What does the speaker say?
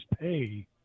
pay